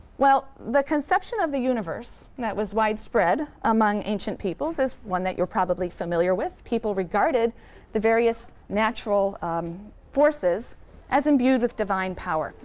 well, the conception of the universe that was widespread among ancient peoples is one that you're probably familiar with. people regarded the various natural forces as imbued with divine power,